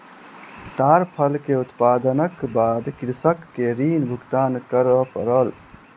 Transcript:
ताड़ फल के उत्पादनक बाद कृषक के ऋण भुगतान कर पड़ल